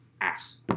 ass